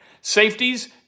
Safeties